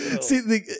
See